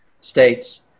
states